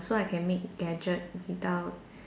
so I can make gadget without